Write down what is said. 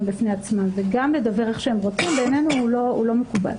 בפני עצמם וגם לדוור איך שהם רוצים בעינינו לא מקובל.